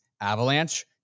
Avalanche